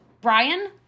Brian